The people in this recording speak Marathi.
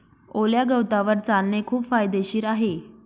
ओल्या गवतावर चालणे खूप फायदेशीर आहे